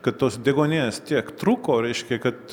kad tos deguonies tiek truko reiškia kad